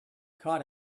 caught